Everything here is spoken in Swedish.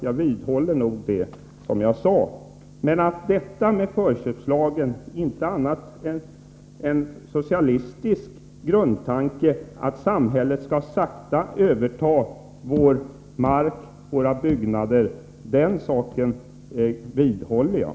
Jag vidhåller vad jag tidigare sade. Att förköpslagen inte är annat än uttryck för en socialistisk grundtanke, att samhället skall sakta överta vår mark och våra byggnader, den saken vidhåller jag.